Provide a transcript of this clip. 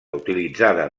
utilitzada